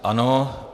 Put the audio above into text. Ano.